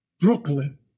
Brooklyn